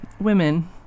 women